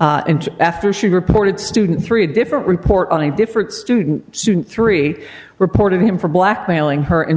and after she reported student three different report on a different student student three reported him for blackmailing her in